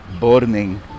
burning